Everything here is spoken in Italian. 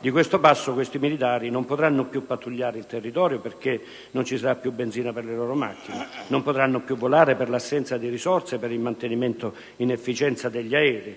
Di questo passo, i nostri militari non potranno più pattugliare il territorio, perché non ci sarà più benzina per le loro macchine, non potranno più volare per l'assenza di risorse per il mantenimento in efficienza degli aerei.